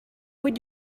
would